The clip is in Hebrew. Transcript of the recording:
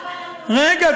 אדוני, רגע.